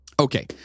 Okay